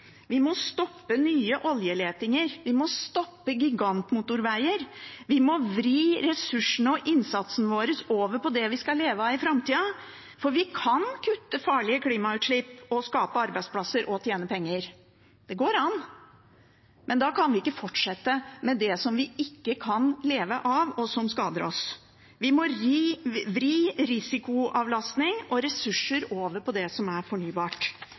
Vi må stoppe nye oljeletinger, vi må stoppe gigantmotorveier, vi må vri ressursene og innsatsen vår over på det vi skal leve av i framtida, for vi kan kutte farlige klimautslipp og skape arbeidsplasser og tjene penger. Det går an. Men da kan vi ikke fortsette med det som vi ikke kan leve av, og som skader oss. Vi må vri risikoavlastning og ressurser over på det som er fornybart.